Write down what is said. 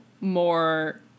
more